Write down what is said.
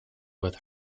with